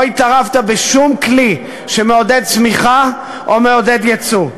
לא התערבת בשום כלי שמעודד צמיחה או מעודד יצוא.